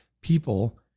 people